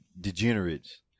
degenerates